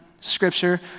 scripture